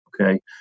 Okay